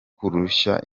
kureshya